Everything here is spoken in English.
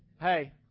Hey